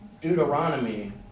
Deuteronomy